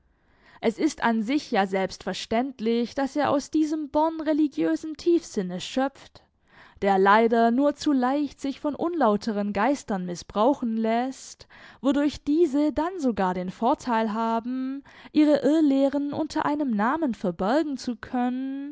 es ist an sich ja selbstverständlich daß er aus diesem born religiösen tiefsinnes schöpft der leider nur zu leicht sich von unlauteren geistern mißbrauchen läßt wodurch diese dann sogar den vorteil haben ihre irrlehren unter einem namen verbergen zu können